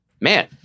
man